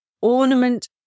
ornament